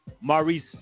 maurice